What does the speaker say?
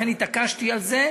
לכן התעקשתי על זה,